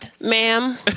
Ma'am